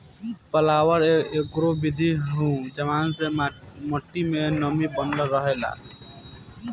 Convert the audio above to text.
पलवार एगो विधि ह जवना से माटी मे नमी बनल रहेला